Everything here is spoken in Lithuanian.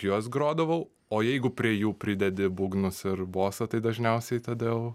juos grodavau o jeigu prie jų pridedi būgnus ir bosą tai dažniausiai tada jau